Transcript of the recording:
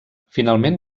finalment